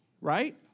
Right